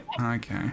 Okay